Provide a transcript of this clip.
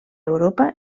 europa